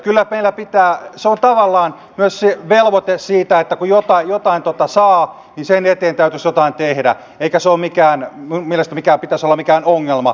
kyllä meillä on tavallaan myös se velvoite siitä että kun jotain saa niin sen eteen täytyisi jotain tehdä eikä minun mielestäni pitäisi olla mikään ongelma esimerkiksi tehdä risusavottaa